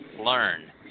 learn